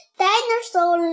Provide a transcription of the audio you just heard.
dinosaur